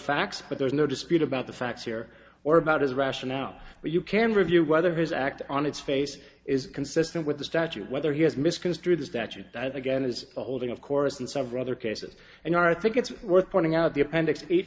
facts but there's no dispute about the facts here or about his rationale or you can review whether his act on its face is consistent with the statute whether he has misconstrued the statute that again is holding of course in several other cases and i think it's worth pointing out the appendix eight